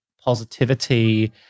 positivity